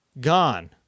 gone